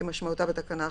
כמשמעותה בתקנה 1(א),